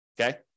okay